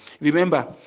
Remember